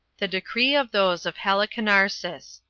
the decree of those of halicarnassus.